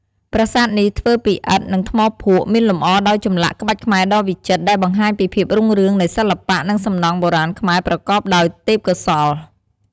ប្រាសាទនេះធ្វើពីឥដ្ឋ និងថ្មភក់ មានលម្អដោយចម្លាក់ក្បាច់ខ្មែរដ៏វិចិត្រ ដែលបង្ហាញពីភាពរុងរឿងនៃសិល្បៈ និងសំណង់បុរាណខ្មែរប្រកបដោយទេពកោសល្យ។